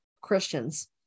Christians